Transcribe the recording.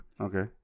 Okay